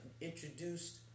introduced